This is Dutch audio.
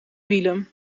wielen